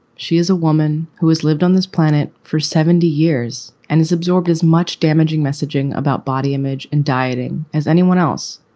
she is a woman who has lived on this planet for seventy years and is absorbed as much damaging messaging about body image and dieting as anyone else.